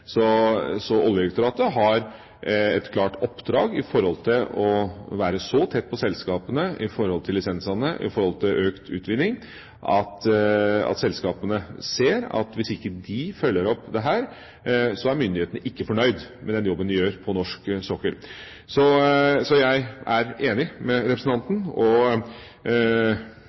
Oljedirektoratet har et klart oppdrag med tanke på å være så tett på selskapene når det gjelder lisensene og økt utvinning, at selskapene ser at hvis de ikke følger opp dette, så er myndighetene ikke fornøyd med den jobben de gjør på norsk sokkel. Så jeg er enig med representanten.